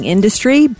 Industry